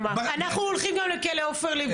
אנחנו הולכים גם לכלא עופר.